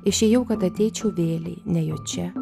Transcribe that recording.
išėjau kad ateičiau vėlei nejučia